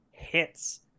hits